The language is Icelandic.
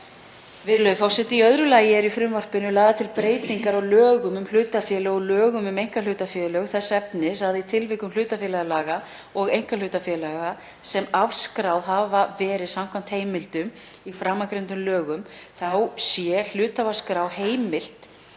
Virðulegi forseti. Í öðru lagi eru lagðar til breytingar á lögum um hlutafélög og lögum um einkahlutafélög þess efnis að í tilvikum hlutafélagalaga og einkahlutafélaga sem afskráð hafa verið samkvæmt heimildum í framangreindum lögum sé hluthafaskrá heimilt